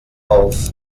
auf